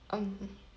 um